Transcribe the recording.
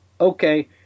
okay